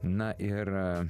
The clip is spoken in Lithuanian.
na ir